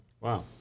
wow